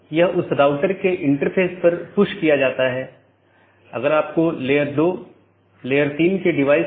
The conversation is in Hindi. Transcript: सत्र का उपयोग राउटिंग सूचनाओं के आदान प्रदान के लिए किया जाता है और पड़ोसी जीवित संदेश भेजकर सत्र की स्थिति की निगरानी करते हैं